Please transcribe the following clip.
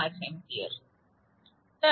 5A येतो